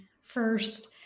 first